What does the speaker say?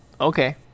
okay